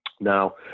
Now